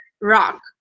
rock